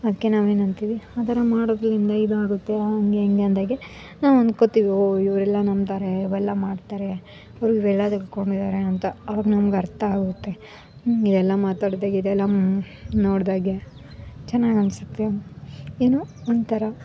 ಅದಕ್ಕೆ ನಾವು ಏನು ಅಂತೀವಿ ಆ ಥರ ಮಾಡೋದ್ರಿಂದ ಇದಾಗುತ್ತೆ ಹಾಗೆ ಹೀಗೆ ಅಂದಾಗೆ ನಾವು ಅಂದ್ಕೊಳ್ತೀವಿ ಹೋ ಇವರೆಲ್ಲ ನಂಬ್ತಾರೆ ಇವೆಲ್ಲ ಮಾಡ್ತಾರೆ ಫುಲ್ ವೆಲ ತಿಳ್ಕೊಂಡಿದ್ದಾರೆ ಅಂತ ಅವಾಗ ನಮಗೆ ಅರ್ಥ ಆಗುತ್ತೆ ಹಿಂಗೆ ಇದೆಲ್ಲ ಮಾತಾಡಿದಾಗ ಇದೆಲ್ಲ ನೋಡಿದಾಗೆ ಚೆನ್ನಾಗಿ ಅನ್ನಿಸುತ್ತೆ ಏನೋ ಒಂಥರಾ